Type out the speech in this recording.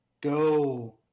go